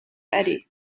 eddie